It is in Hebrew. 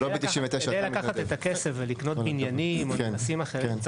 כדי לקחת את הכסף ולקנות בניינים או נכסים אחרים,